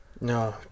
No